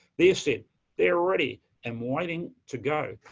they said they're ready and waiting to go.